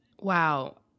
wow